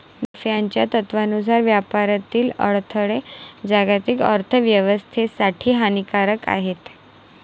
नफ्याच्या तत्त्वानुसार व्यापारातील अडथळे जागतिक अर्थ व्यवस्थेसाठी हानिकारक आहेत